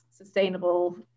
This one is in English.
Sustainable